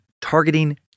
targeting